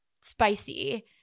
spicy